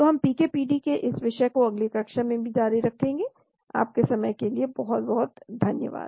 तो हम PK PD के इस विषय को अगली कक्षा में भी जारी रखेंगे आपके समय के लिए बहुत बहुत धन्यवाद